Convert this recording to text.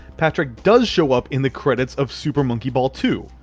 patrick does show up in the credits of super monkey ball two.